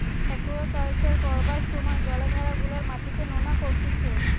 aquaculture করবার সময় জলাধার গুলার মাটিকে নোনা করতিছে